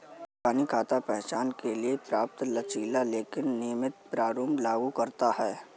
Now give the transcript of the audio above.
इबानी खाता पहचान के लिए पर्याप्त लचीला लेकिन नियमित प्रारूप लागू करता है